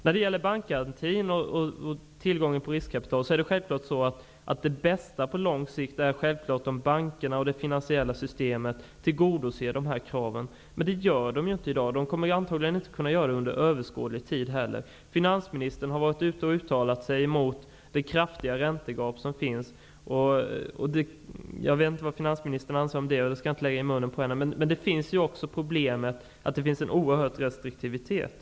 När det gäller bankgarantin och tillgången på riskkapital är det bästa på lång sikt självfallet att bankerna och det finansiella systemet tillgodoser dessa krav. Men det gör de inte i dag, och de kommer antagligen inte att kunna göra det under överskådlig tid. Finansministern har uttalat sig om det kraftiga räntegap som finns. Jag vet inte vad finansministern anser om det. Jag skall inte lägga ord i munnen på henne. Men det finns ett problem med en oerhörd restriktivitet.